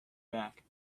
back